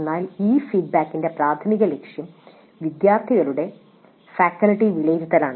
എന്നാൽ ഈ ഫീഡ്ബാക്കിന്റെ പ്രാഥമിക ലക്ഷ്യം വിദ്യാർത്ഥികളുടെ ഫാക്കൽറ്റി വിലയിരുത്തലാണ്